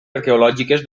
arqueològiques